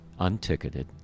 unticketed